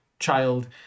child